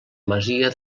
masia